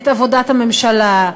את עבודת הממשלה,